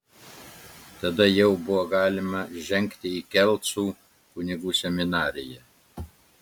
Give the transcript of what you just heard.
tada jau buvo galima žengti į kelcų kunigų seminariją